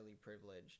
privileged